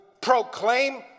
proclaim